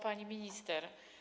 Pani Minister!